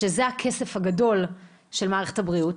אם זה הכסף הגדול של מערכת הבריאות,